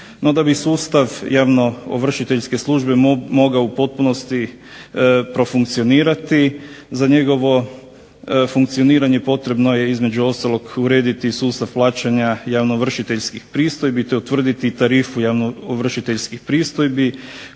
da bi sustav javnoovršiteljske službe mogao u potpunosti profunkcionirati za njegovo funkcioniranje potrebno je između ostalog urediti i sustav plaćanja javnoovršiteljskih pristojbi, te utvrditi tarifu javnoovršiteljskih pristojbi